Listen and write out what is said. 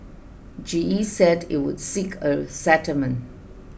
G E said it would seek a settlement